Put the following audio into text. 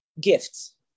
gifts